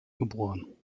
geboren